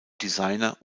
designer